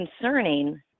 concerning